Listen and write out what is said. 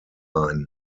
ein